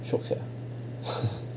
shiok sia